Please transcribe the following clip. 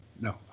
no